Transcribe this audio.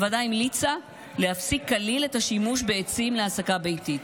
הוועדה המליצה להפסיק כליל את השימוש בעצים להסקה ביתית.